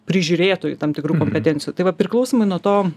prižiūrėtojų tam tikrų kompetencijų tai va priklausomai nuo to